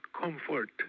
comfort